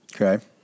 Okay